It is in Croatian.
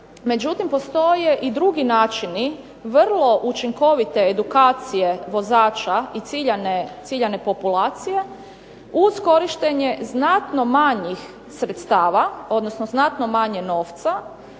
Međutim, postoje i drugi načini vrlo učinkovite edukacije vozača i ciljane populacije uz korištenje znatno manjih sredstava, odnosno znatno manje novca,